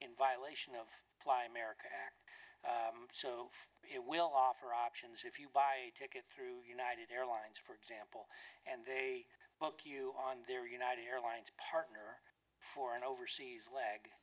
in violation of fly america so it will offer options if you buy a ticket through united airlines for example and they book you on their united airlines partner for an overseas leg